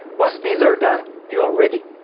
once these are done, you are ready.